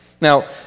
Now